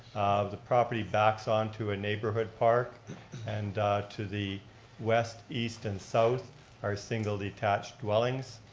the property backs onto a neighborhood park and to the west, east and south are single detached dwellings.